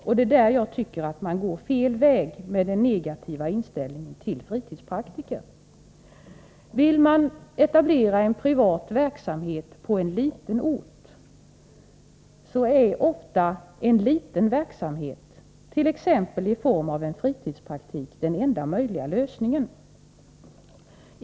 Där tycker jag man går fel väg med den negativa inställningen till fritidspraktiker. Vill man etablera en privat verksamhet på en liten ort är ofta en liten verksamhet, t.ex. i form av fritidspraktik, den enda möjliga lösningen.